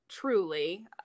truly